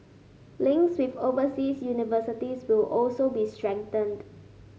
links with overseas universities will also be strengthened